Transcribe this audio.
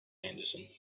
anderson